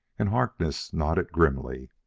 and harkness nodded grimly.